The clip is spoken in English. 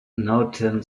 northern